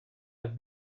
have